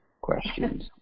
questions